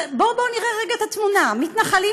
בואו נראה רגע את התמונה: מתנחלים